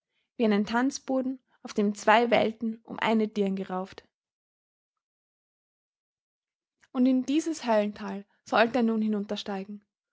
wie einen tanzboden auf dem zwei welten um eine dirn gerauft und in dieses höllental sollte er nun